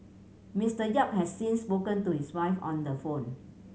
Mister Yap has since spoken to his wife on the phone